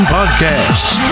Podcasts